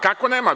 Kako nema.